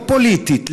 לא פוליטית,